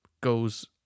goes